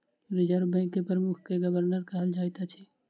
reserve bank के प्रमुख के गवर्नर कहल जाइत अछि